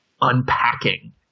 unpacking